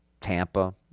Tampa